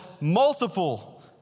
multiple